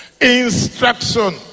Instruction